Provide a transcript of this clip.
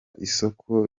isoko